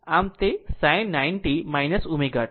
આમ તે sin 90 o ω t